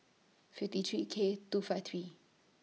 fifty three K two five three